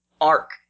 arc